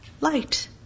Light